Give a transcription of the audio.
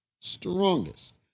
strongest